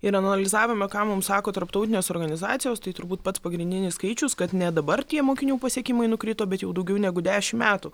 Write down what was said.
ir analizavome ką mums sako tarptautinės organizacijos tai turbūt pats pagrindinis skaičius kad ne dabar tie mokinių pasiekimai nukrito bet jau daugiau negu dešim metų